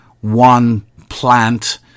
one-plant